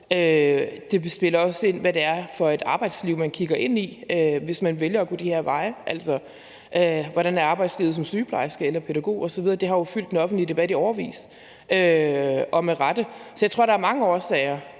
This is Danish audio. Det spiller også ind, hvad det er for et arbejdsliv, man kigger ind i, hvis man vælger at gå de her veje – altså, hvordan er arbejdslivet som sygeplejerske eller pædagog osv.? Det har jo fyldt i den offentlige debat i årevis og med rette. Så jeg tror, der er mange årsager